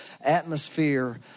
atmosphere